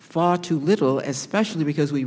far too little as specially because we